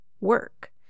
work